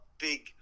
big